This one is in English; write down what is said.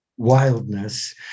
wildness